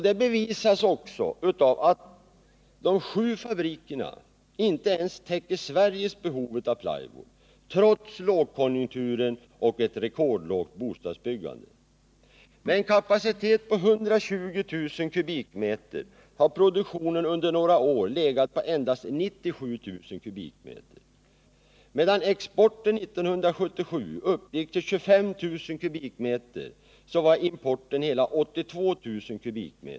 Det bevisas av att de sju fabrikerna inte ens täcker Sveriges behov av plywood, trots lågkonjunkturen och ett rekordlågt bostadsbyggande. Med en kapacitet av 120 000 m? har produktionen under några år legat på endast 97000 m?. Medan exporten 1977 uppgick till 25000 m?, så var importen hela 82 000 m?.